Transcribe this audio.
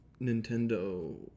Nintendo